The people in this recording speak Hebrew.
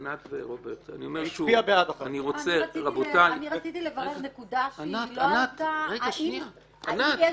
ענת ורוברט -- אני רציתי לברר נקודה שלא עלתה: האם יש